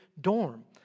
Dorm